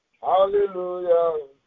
Hallelujah